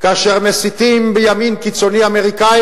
כאשר מסיתים בימין הקיצוני האמריקני